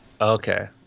Okay